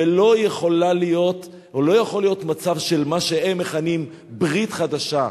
ולא יכול להיות מצב של מה שהם מכנים "ברית חדשה".